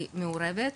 היא מעורבת.